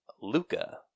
Luca